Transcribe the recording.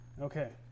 Okay